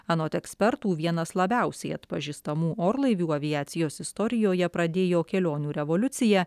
anot ekspertų vienas labiausiai atpažįstamų orlaivių aviacijos istorijoje pradėjo kelionių revoliuciją